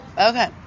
Okay